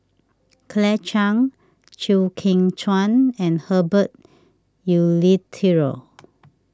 Claire Chiang Chew Kheng Chuan and Herbert Eleuterio